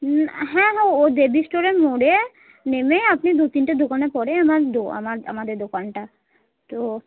হ্যাঁ হ্যাঁ ও দেবী স্টোরের মোড়ে নেমে আপনি দু তিনটার দোকানে পরে আমার আম আমাদের দোকানটা তো